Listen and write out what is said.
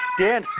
Dan